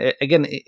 again